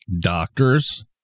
doctors